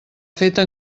feta